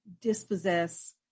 dispossess